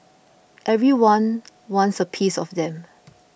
everyone wants a piece of them